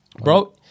Bro